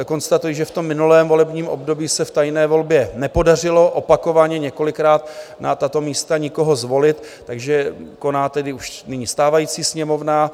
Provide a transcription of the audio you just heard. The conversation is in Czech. Konstatuji, že v minulém volebním období se v tajné volbě nepodařilo opakovaně několikrát na tato místa nikoho zvolit, takže koná tedy nyní už stávající Sněmovna.